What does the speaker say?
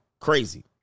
Crazy